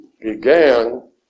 began